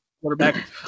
quarterback